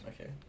Okay